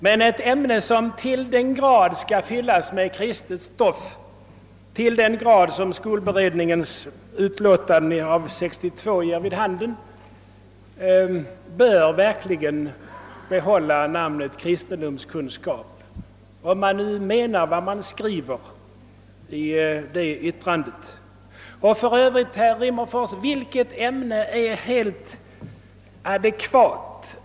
Men ett ämne som till den grad — vilket skolberedningens utlåtande från år 1962 ger vid handen — skall fyllas med kristet stoff bör verkligen behålla namnet kristendomskunskap, om man nu menar vad man skriver i yttrandet. För övrigt, herr Rimmerfors, vilken ämnesbeteckning är adekvat?